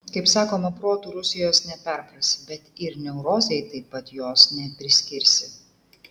kaip sakoma protu rusijos neperprasi bet ir neurozei taip pat jos nepriskirsi